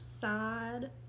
sad